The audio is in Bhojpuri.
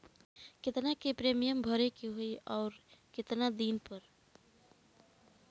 केतना के प्रीमियम भरे के होई और आऊर केतना दिन पर?